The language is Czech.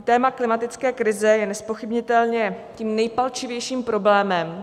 Téma klimatické krize je nezpochybnitelně tím nejpalčivějším problémem.